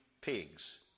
pigs